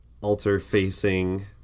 altar-facing